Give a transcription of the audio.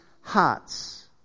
hearts